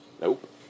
Nope